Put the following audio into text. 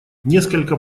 несколько